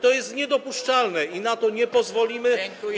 To jest niedopuszczalne i na to nie pozwolimy.